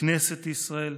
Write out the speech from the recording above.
בכנסת ישראל,